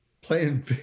playing